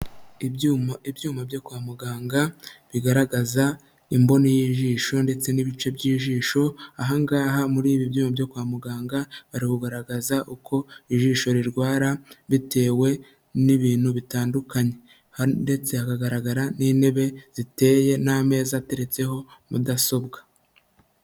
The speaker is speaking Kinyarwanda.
Ibyuma; ibyuma byo kwa muganga bigaragaza imboni y'ijisho ndetse n'ibice by'ijisho, aha ngaha muri ibi byuma byo kwa muganga, bari kugaragaza uko ijisho rirwara bitewe n'ibintu bitandukanye; ndetse hakagaragara n'intebe ziteye, n'ameza ateretseho mudasobwa.